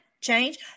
change